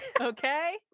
okay